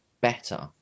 better